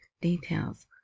details